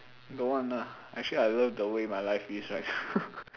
don't want lah actually I love the way my life is right